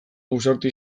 ausarta